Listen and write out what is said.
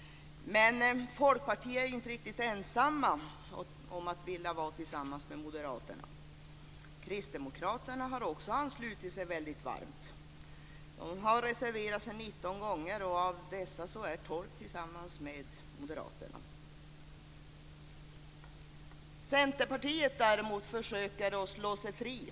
Men Folkpartiet är inte riktigt ensamma om att vilja vara tillsammans med moderaterna. Kristdemokraterna har också anslutit sig väldigt varmt. De har reserverat sig 19 gånger, och av dessa är 12 tillsammans med moderaterna. Centerpartiet däremot försöker slå sig fritt.